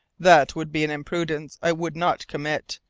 that would be an imprudence i would not commit,